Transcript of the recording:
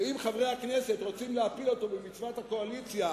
ואם חברי הכנסת רוצים להפיל אותו במצוות הקואליציה,